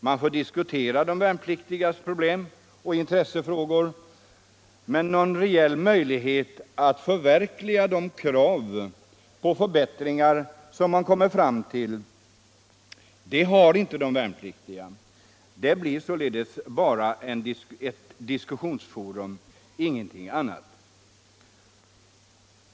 Man får diskutera de värnpliktigas problem och intressefrågor, men någon reell möjlighet att förverkliga de krav på förbättringar som man kommer fram till har inte de värnpliktiga. Det blir således bara ett diskussionsforum — ingenting annat.